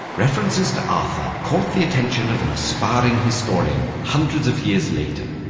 references to arthur caught the attention of an aspiring historian hundreds of years later.